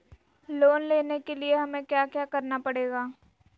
Loan लेने के लिए हमें क्या क्या करना पड़ेगा?